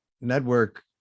network